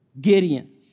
Gideon